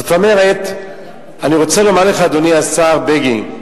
זאת אומרת, אני רוצה לומר לך, אדוני השר בגין,